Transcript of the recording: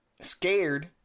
scared